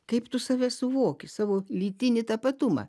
kaip tu save suvoki savo lytinį tapatumą